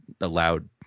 allowed